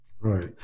right